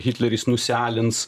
hitleris nusialins